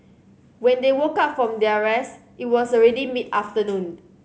when they woke up from their rest it was already mid afternoon